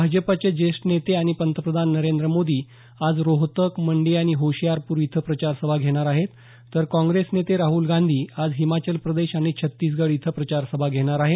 भाजपाचे ज्येष्ठ नेते आणि पंतप्रधान नरेंद्र मोदी आज रोहतक मंडी आणि होशीयारपूर इथं प्रचारसभा घेणार आहेत तर काँग्रेस नेते राहल गांधी आज हिमाचल प्रदेश आणि छत्तीसगड इथं प्रचारसभा घेणार आहेत